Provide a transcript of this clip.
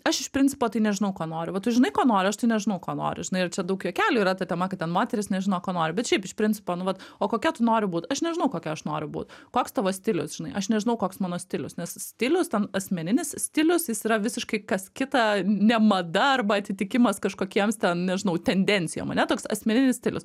aš iš principo tai nežinau ko noriu va tu žinai ko noriu aš tai nežinau ko noriu žinai ir čia daug juokelių yra ta tema kad ten moterys nežino ko nori bet šiaip iš principo nu vat o kokia tu nori būt aš nežinau kokia aš noriu būt koks tavo stilius žinai aš nežinau koks mano stilius nes stilius ten asmeninis stilius jis yra visiškai kas kita ne mada arba atitikimas kažkokiems ten nežinau tendencijom ane toks asmeninis stilius